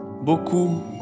Beaucoup